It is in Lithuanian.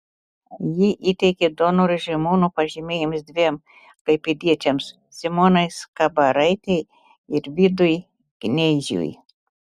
ji įteikė donorų žymūnų pažymėjimus dviem klaipėdiečiams simonai skaparaitei ir vidui kneižiui